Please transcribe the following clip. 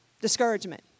discouragement